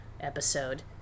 episode